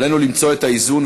עלינו למצוא את האיזון,